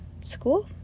school